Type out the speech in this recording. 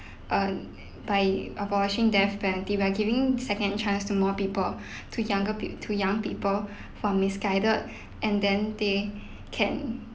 err by abolishing death penalty we are giving second chance to more people to younger pe~ to young people who are misguided and then they can